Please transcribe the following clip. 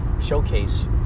showcase